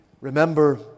remember